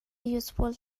useful